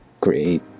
create